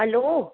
hello